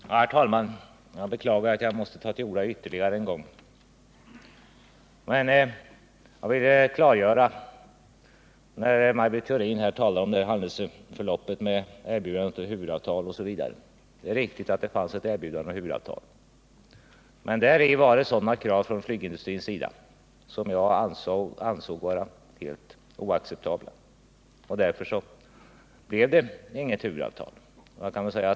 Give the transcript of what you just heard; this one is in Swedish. näder Herr talman! Jag beklagar att jag måste ta till orda ytterligare en gång. Maj Britt Theorin talar här om händelseförloppet med erbjudande om huvudavtal osv. Det är riktigt att det fanns ett erbjudande om ett huvudavtal, men det framfördes från flygindustrin därvid krav som jag ansåg vara oacceptabla, och därför blev det inget huvudavtal.